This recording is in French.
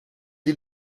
des